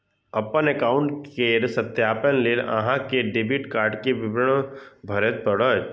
अपन एकाउंट केर सत्यापन लेल अहां कें डेबिट कार्ड के विवरण भरय पड़त